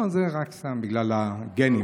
זה סתם, בגלל הגנים.